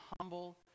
humble